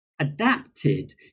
adapted